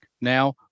now